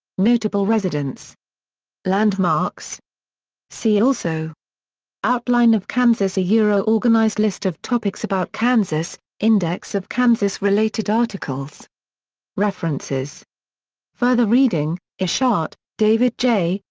notable residents landmarks see also outline of kansas yeah organized list of topics about kansas index of kansas-related articles references further reading wishart, david j,